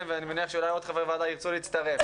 ואני מניח שאולי עוד חברי וועדה ירצו להצטרף,